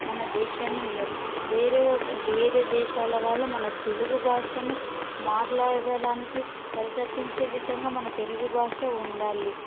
మన దేశాన్ని ఉండాలి వేరే వేరే దేశాల వాళ్ళు మన తెలుగు భాషను మాట్లాడడానికి పరితపించే విధంగా మన తెలుగు భాష ఉండాలి